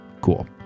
Cool